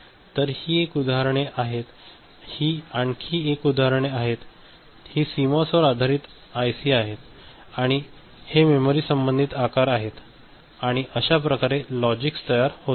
तर ही एक उदाहरणे आहेत ही आणखी एक उदाहरणे आहेत ही सीमॉस आधारित आयसी आहेत आणि हे मेमरी संबंधित आकार आहेत आणि अशा प्रकारे लॉजिक्स तयार होतात